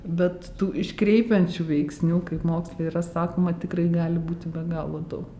bet tų iškreipiančių veiksnių kaip moksle yra sakoma tikrai gali būti be galo dau